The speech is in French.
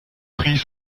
prix